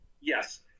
Yes